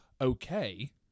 okay